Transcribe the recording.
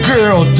Girl